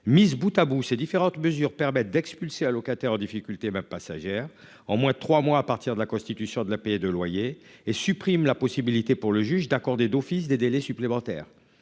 mises Boutabout ces différentes mesures permettent d'expulser un locataires en difficulté ma passagère en moins de 3 mois à partir de la constitution de la payer de loyer et supprime la possibilité pour le juge d'accorder d'office des délais supplémentaires,